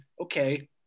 okay –